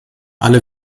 alle